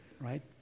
right